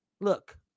Look